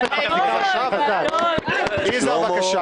יזהר, בבקשה.